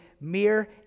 mere